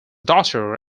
daughter